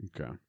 Okay